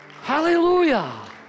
hallelujah